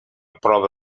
prova